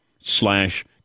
slash